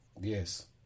Yes